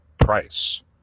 Price